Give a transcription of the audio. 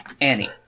Annie